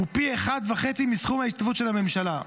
הוא פי אחד וחצי מסכום ההשתתפות של הממשלה.